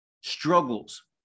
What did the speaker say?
struggles